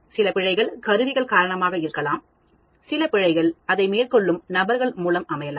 சில பிழைகள் கருவிகள்காரணமாக இருக்கலாம் சில பிழைகள்அதை மேற்கொள்ளும் நபர்கள் மூலம் அமையலாம்